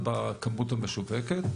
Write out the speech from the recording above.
בכמות המשווקת?